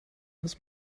his